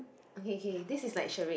okay okay this is like charade